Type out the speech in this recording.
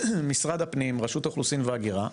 משרד הפנים, רשות האוכלוסין וההגירה,